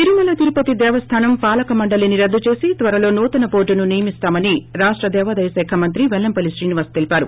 తిరుమల తిరుపతి దేవస్థానం పాలక మండలిని రద్దు చేసి త్వరలో నూతన బోర్దును నియమిస్తామని రాష్ట దేవాదాయశాఖమంత్రి పెల్లంపల్లి శ్రీనివాస్ తెలిపారు